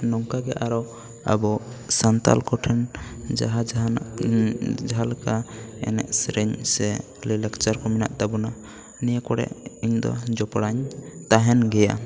ᱱᱚᱝᱠᱟ ᱜᱮ ᱟᱨᱚ ᱟᱵᱚ ᱥᱟᱱᱛᱟᱲ ᱠᱚᱴᱷᱮᱱ ᱡᱟᱦᱟᱸ ᱡᱟᱦᱟᱱᱟᱜ ᱡᱟᱦᱟᱸ ᱞᱮᱠᱟ ᱮᱱᱮᱡ ᱥᱮᱨᱮᱧ ᱥᱮ ᱞᱟᱹᱭ ᱞᱟᱠᱪᱟᱨ ᱠᱚ ᱢᱮᱱᱟᱜ ᱛᱟᱵᱚᱱᱟ ᱱᱤᱭᱟᱹ ᱠᱚᱨᱮ ᱤᱧ ᱫᱚ ᱡᱚᱯᱲᱟᱣᱟᱹᱧ ᱛᱟᱦᱮᱱ ᱜᱮᱭᱟ